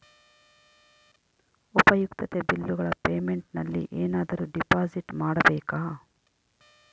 ಉಪಯುಕ್ತತೆ ಬಿಲ್ಲುಗಳ ಪೇಮೆಂಟ್ ನಲ್ಲಿ ಏನಾದರೂ ಡಿಪಾಸಿಟ್ ಮಾಡಬೇಕಾ?